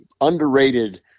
underrated